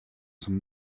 some